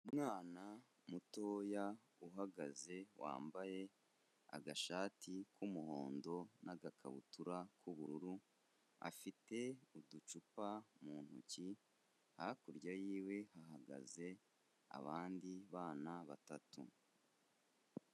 Umwana mutoya uhagaze, wambaye agashati k'umuhondo n'agakabutura k'ubururu, afite uducupa mu ntoki, hakurya yiwe hahagaze abandi bana batatu.